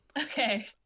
okay